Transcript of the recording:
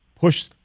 push